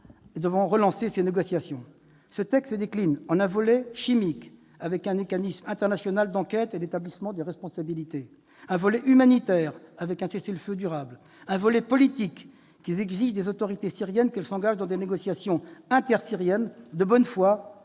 se décline en un volet chimique, avec un mécanisme international d'enquête et d'établissement des responsabilités ; un volet humanitaire, avec un « cessez-le-feu durable »; un volet politique qui « exige des autorités syriennes qu'elles s'engagent dans des négociations intersyriennes de bonne foi, de manière